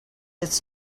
it’s